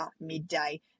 midday